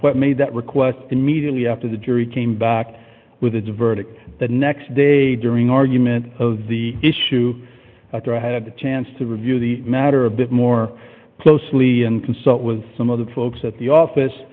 request made that request immediately after the jury came back with a diverted the next day during argument of the issue after i had a chance to review the matter a bit more closely and consult with some of the folks at the office